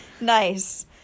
Nice